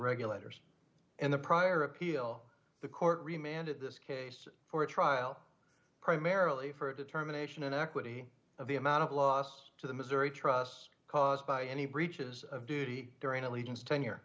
regulators in the prior appeal the court remanded this case for a trial primarily for a determination in equity of the amount of loss to the missouri trust caused by any breaches of duty during